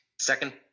Second